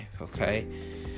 okay